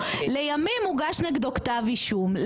לימים הוגש נגדו כתב אישום,